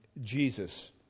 Jesus